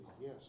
Yes